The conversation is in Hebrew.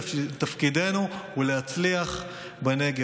תפקידנו הוא להצליח בנגב.